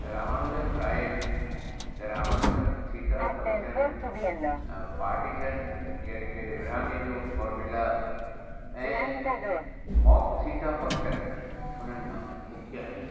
ऐं Ramanujan prime the Ramanujan theta function ऐं partition यानी की विरहाङे जो फॉर्मूला ऐं मोक थिटा फंक्शन हुननि मां मुख्य आहे